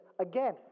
Again